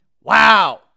Wow